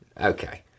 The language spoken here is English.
Okay